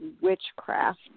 witchcraft